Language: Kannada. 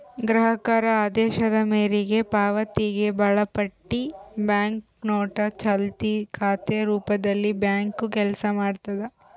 ಗ್ರಾಹಕರ ಆದೇಶದ ಮೇರೆಗೆ ಪಾವತಿಗೆ ಒಳಪಟ್ಟಿ ಬ್ಯಾಂಕ್ನೋಟು ಚಾಲ್ತಿ ಖಾತೆ ರೂಪದಲ್ಲಿಬ್ಯಾಂಕು ಕೆಲಸ ಮಾಡ್ತದ